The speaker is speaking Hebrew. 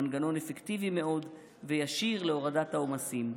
מנגנון אפקטיבי מאוד וישיר להורדת העומסים.